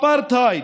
אפרטהייד,